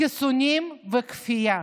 חיסונים וכפייה?